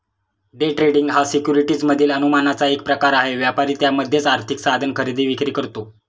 day trading हा securities मधील अनुमानाचा एक प्रकार आहे, व्यापारी त्यामध्येच आर्थिक साधन खरेदी विक्री करतो